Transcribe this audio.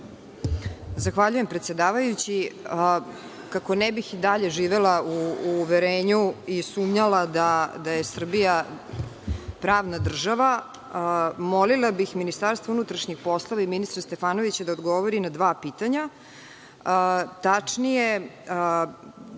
Zahvaljujem predsedavajući. Kako ne bih dalje živela u uverenju i sumnjala da je Srbija pravna država, molila bih MUP, ministra Stefanovića, da odgovori na dva pitanja.